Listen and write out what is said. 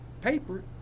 paper